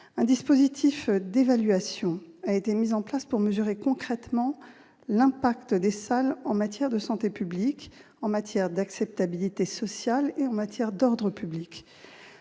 Un dispositif d'évaluation a été mis en place pour mesurer concrètement l'impact des salles en matière de santé publique, d'acceptabilité sociale et d'ordre public.